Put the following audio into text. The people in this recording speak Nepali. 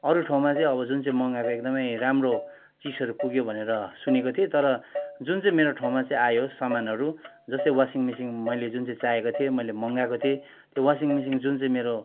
अरू ठाउँमा चाहिँ अब जुन चाहिँ मगाएको एकदमै राम्रो चिजहरू पुग्यो भनेर सुनेको थिएँ तर जुन चाहिँ मेरो ठाउँमा चाहिँ आयो सामानहरू जस्तै वासिङ मिसिन मैले जुन चाहिँ चाएको थिएँ मैले मगाएको थिएँ त्यो वासिङ मिसिन जुन चाहिँ मेरो